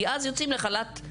כי אז יוצאים לחל"ת מרצון.